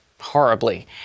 horribly